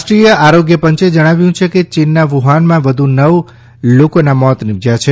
રાષ્ટ્રીય આરોગ્ય પંચે જણાવ્યું છે કે ચીનના વુહાનમાં વધુ નવ લોકોના મોત નીપજ્યા છે